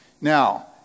Now